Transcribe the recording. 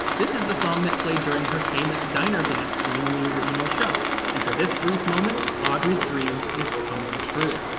this is the song that played during her famous diner dance scene in the original show, and for this brief moment audrey's dream is coming true.